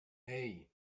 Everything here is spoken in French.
hey